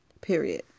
period